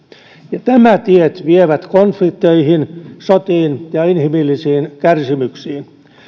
ja nämä tiet vievät konflikteihin sotiin ja inhimillisiin kärsimyksiin